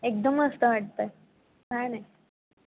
एकदम मस्त वाटतं छान आहे